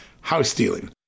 house-stealing